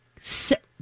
set